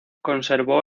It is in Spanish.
conservó